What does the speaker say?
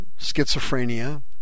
schizophrenia